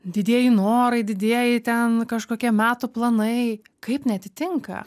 didieji norai didieji ten kažkokie metų planai kaip neatitinka